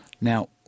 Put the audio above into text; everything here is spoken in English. Now